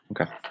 Okay